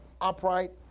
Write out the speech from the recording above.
upright